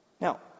Now